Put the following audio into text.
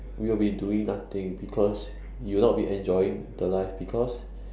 we will be doing nothing because you would not be enjoying the life because